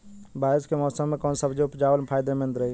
बारिश के मौषम मे कौन सब्जी उपजावल फायदेमंद रही?